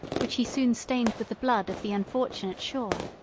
which he soon stained with the blood of the unfortunate shawer.